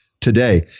today